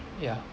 yeah